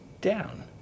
down